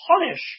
punish